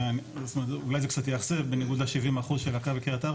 זאת אומרת אולי זה קצת יאכזב בניגוד ל-70% של הקו בקרית ארבע.